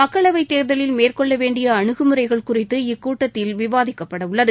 மக்களவை தேர்தலில் மேற்கொள்ள வேண்டிய அனுகு முறைகள் குறித்து இக்கூட்டத்தில் விவாதிக்கப்பட உள்ளது